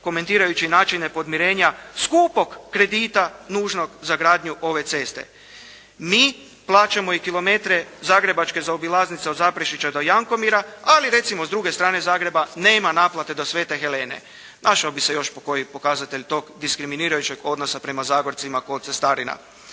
komentirajući načine podmirenja skupog kredita nužnog za gradnju ove ceste. Mi plaćamo i kilometre zagrebačke zaobilaznice od Zaprešića do Jankomira, ali recimo s druge strane Zagreba nema naplate do Svete Helene. Našao bi se još pokoji pokazatelj tog diskriminirajućeg odnosa prema Zagorcima kod cestarina.